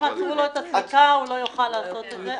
אם עצרו לו את הסליקה הוא לא יוכל לעשות את זה.